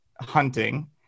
hunting